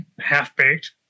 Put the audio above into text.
half-baked